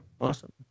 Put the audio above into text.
awesome